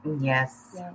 Yes